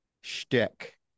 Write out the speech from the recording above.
shtick